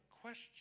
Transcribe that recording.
question